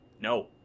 No